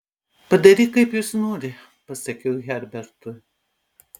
padaryk kaip jis nori pasakiau herbertui